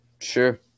Sure